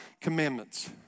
commandments